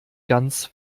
ganz